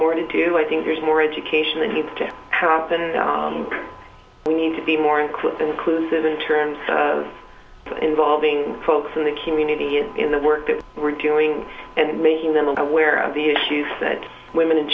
more to do i think there's more education that needs to happen and we need to be more inclusive inclusive in terms of involving folks in the community and in the work that we're doing and making them aware of the issues that women and